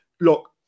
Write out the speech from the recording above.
look